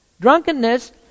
Drunkenness